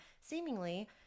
seemingly